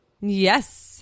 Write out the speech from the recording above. Yes